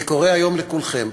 אני קורא היום לכולכם,